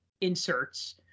inserts